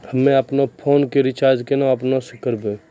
हम्मे आपनौ फोन के रीचार्ज केना आपनौ से करवै?